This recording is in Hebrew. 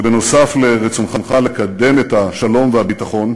הביקור הראשון שלך בישראל כראש הממשלה,